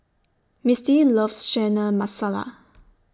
Mistie loves Chana Masala